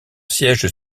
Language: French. siège